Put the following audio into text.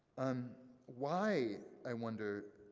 um why, i wonder,